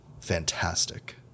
fantastic